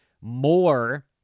more